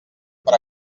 per